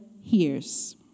hears